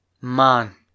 Man